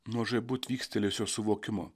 nuo žaibu tvykstelėjusio suvokimo